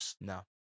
no